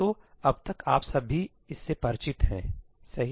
तो अब तक आप सभी इससे परिचित हैं सही